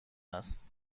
است